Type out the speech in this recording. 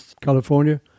California